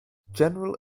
general